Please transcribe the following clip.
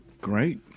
Great